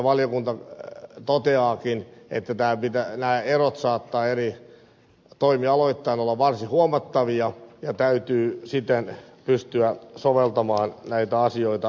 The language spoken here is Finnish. valiokunta toteaakin että nämä erot saattavat toimialoittain olla varsin huomattavia ja täytyy siten pystyä soveltamaan näitä asioita tilannekohtaisesti